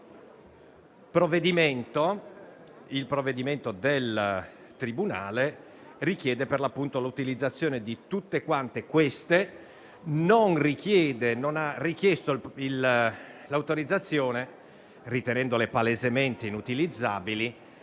Il provvedimento del tribunale richiede per l'appunto l'utilizzazione di tutte quante, ma non ha richiesto l'autorizzazione (ritenendole palesemente inutilizzabili)